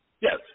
Yes